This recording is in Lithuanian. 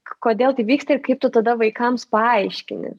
kodėl tai vyksta ir kaip tu tada vaikams paaiškini